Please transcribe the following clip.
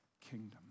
kingdom